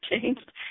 changed